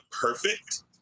perfect